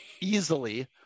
Easily